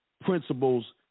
principles